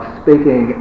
speaking